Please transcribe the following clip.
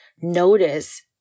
notice